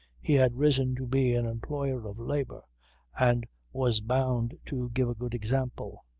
he had risen to be an employer of labour and was bound to give a good example.